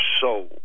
soul